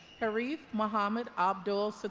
harith mohammed abdulsattar